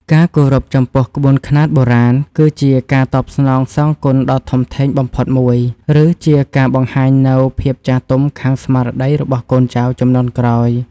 ការគោរពចំពោះក្បួនខ្នាតបុរាណ គឺជាការតបស្នងសងគុណដ៏ធំធេងបំផុតមួយ ឬជាការបង្ហាញនូវភាពចាស់ទុំខាងស្មារតីរបស់កូនចៅជំនាន់ក្រោយ។